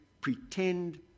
pretend